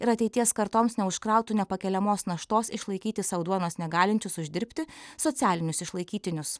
ir ateities kartoms neužkrautų nepakeliamos naštos išlaikyti sau duonos negalinčius uždirbti socialinius išlaikytinius